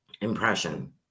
impression